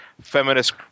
feminist